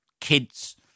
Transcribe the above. kids